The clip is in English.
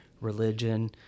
religion